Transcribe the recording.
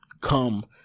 come